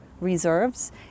reserves